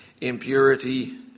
impurity